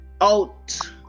out